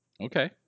Okay